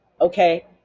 okay